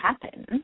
happen